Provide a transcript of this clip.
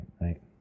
right